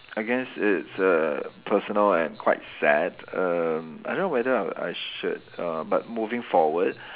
I guess it's err personal and quite sad erm I don't know whether I I should uh but moving forward